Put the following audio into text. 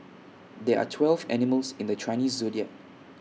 there are twelve animals in the Chinese Zodiac